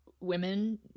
women